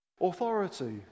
authority